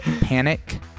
panic